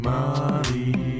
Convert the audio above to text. Molly